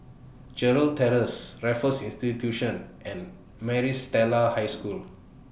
Gerald Terrace Raffles Institution and Maris Stella High School